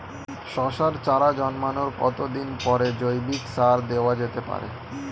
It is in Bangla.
শশার চারা জন্মানোর কতদিন পরে জৈবিক সার দেওয়া যেতে পারে?